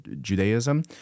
Judaism